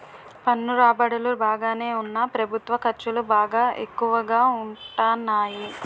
పన్ను రాబడులు బాగానే ఉన్నా ప్రభుత్వ ఖర్చులు బాగా ఎక్కువగా ఉంటాన్నాయి